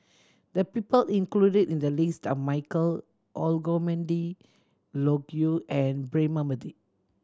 the people included in the list are Michael Olcomendy Loke Yew and Braema Mathi